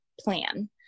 plan